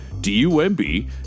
d-u-m-b